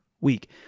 week